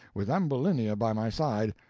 with ambulinia by my side,